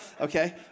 Okay